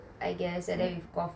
I guess and then with coffee